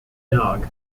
dog